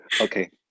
okay